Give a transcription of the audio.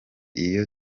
iyo